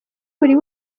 buri